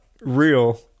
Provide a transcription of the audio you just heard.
real